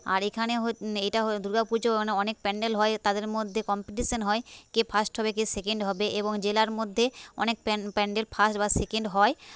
আর এখানে হচ্ছে দুর্গা পূজোর অনেক প্যান্ডেল হয় তাদের মধ্যে কম্পিটিশন হয় কে ফার্স্ট হবে কে সেকেন্ড হবে এবং জেলার মধ্যে অনেক প্যান্ডেল ফার্স্ট বা সেকেন্ড হয়